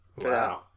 Wow